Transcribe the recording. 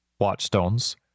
watchstones